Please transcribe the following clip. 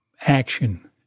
action